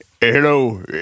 Hello